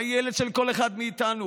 הילד של כל אחד מאיתנו,